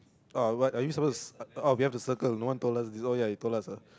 oh what are we are supposed to oh we have to circle no one told us this oh ya you told us ah